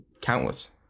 countless